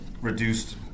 reduced